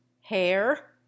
hair